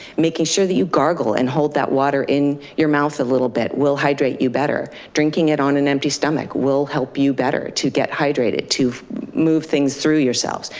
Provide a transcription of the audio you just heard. making sure that you gargle and hold that water in your mouth a little bit will hydrate you better. drinking it on an empty stomach will help you better to get hydrated to move things through yourselves.